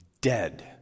Dead